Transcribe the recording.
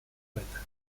trompeta